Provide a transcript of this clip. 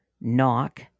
knock